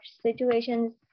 situations